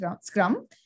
Scrum